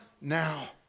now